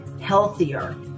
healthier